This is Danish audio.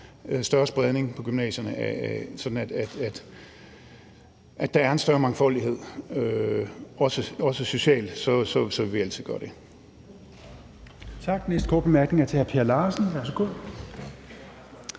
større spredning på gymnasierne, sådan at der er en større mangfoldighed, også socialt, så vil vi altid gøre det.